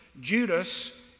Judas